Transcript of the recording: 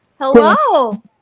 Hello